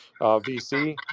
VC